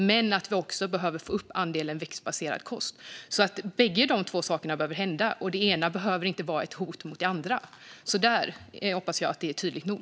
Men vi behöver också få upp andelen växtbaserad kost. Båda dessa saker behöver ske, men det ena behöver inte vara ett hot mot det andra. Jag hoppas att detta var tydligt nog.